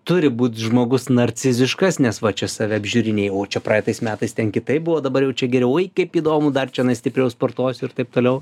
turi būt žmogus narciziškas nes va čia save apžiūrinėji o čia praeitais metais ten kitaip buvo dabar jau čia geriau oi kaip įdomu dar čionais stipriau sportuosiu ir taip toliau